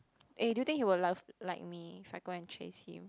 eh do you think he will love like me if I go and chase him